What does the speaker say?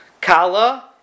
Kala